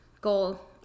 goal